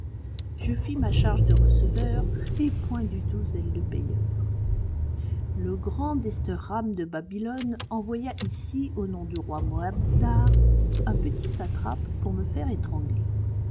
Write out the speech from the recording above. je fis ma charge de receveur et point du tout celle de payeur le grand desterham de babylone envoya ici au nom du roi moabdar un petit satrape pour me faire étrangler